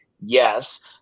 Yes